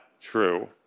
true